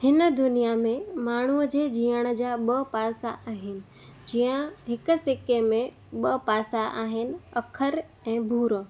हिन दुनिया में माण्हूअ जे जीअण जा ॿ पासा आहिनि जीअं हिक सिके में ॿ पासा आहिनि पखर ऐं भूरो